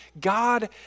God